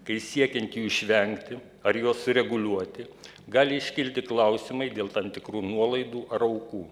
kai siekiant jų išvengti ar juos sureguliuoti gali iškilti klausimai dėl tam tikrų nuolaidų ar aukų